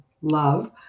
love